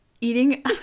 eating